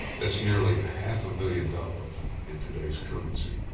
that's nearly a half million dollars in today's currency.